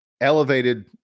elevated